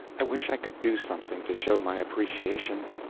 i wish i could do something to show my appreciation.